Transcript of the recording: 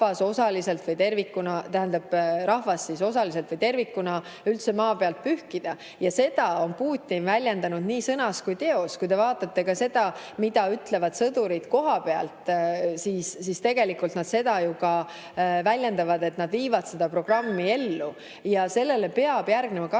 rahvas osaliselt või tervikuna üldse maa pealt pühkida. Seda on Putin väljendanud nii sõnas kui ka teos. Vaatame seda, mida ütlevad sõdurid kohapeal – tegelikult seda nad ju väljendavadki, et nad viivad seda programmi ellu. Sellele peab järgnema